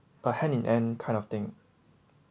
a hand in hand kind of thing